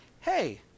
Hey